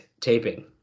taping